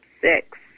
six